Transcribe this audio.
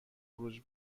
خروج